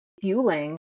fueling